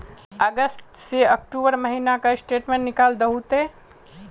अगस्त से अक्टूबर महीना का स्टेटमेंट निकाल दहु ते?